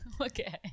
okay